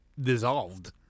dissolved